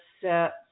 set